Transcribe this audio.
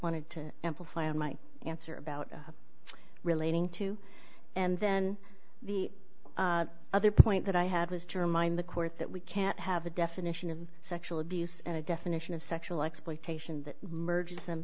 wanted to amplify on my answer about relating to and then the other point that i had was jermyn the court that we can't have a definition of sexual abuse and a definition of sexual exploitation that merges them